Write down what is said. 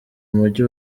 mujyi